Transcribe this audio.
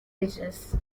ages